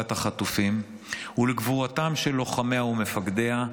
ארבעת החטופים ולגבורתם של לוחמיה ומפקדיה,